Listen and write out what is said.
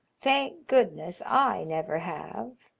thank goodness, i never have.